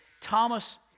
Thomas